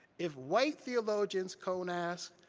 if white theologians, cone asked,